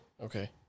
Okay